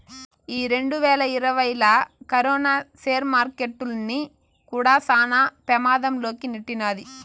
ఈ రెండువేల ఇరవైలా కరోనా సేర్ మార్కెట్టుల్ని కూడా శాన పెమాధం లోకి నెట్టినాది